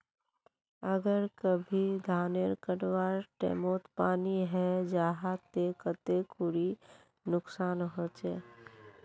अगर कभी धानेर कटवार टैमोत पानी है जहा ते कते खुरी नुकसान होचए?